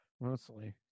Mostly